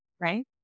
Right